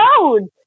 roads